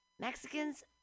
Mexicans